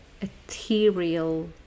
ethereal